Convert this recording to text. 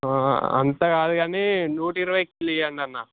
అంత కాదు కానీ నూట ఇరవైకి ఇవ్వండి అన్న